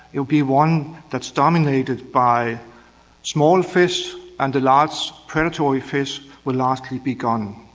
it will be one that is dominated by small fish, and the large predatory fish will largely be gone.